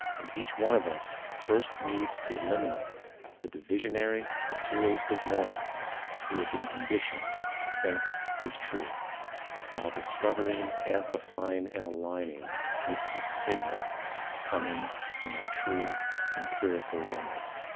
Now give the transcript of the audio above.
and each one of us first needs to eliminate the divisionary, materialistic noise we have been conditioned to think is true while discovering, amplifying and aligning with the signal coming from our true empirical oneness.